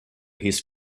his